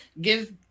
give